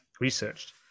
researched